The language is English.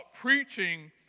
preaching